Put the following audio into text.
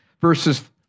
verses